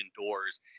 indoors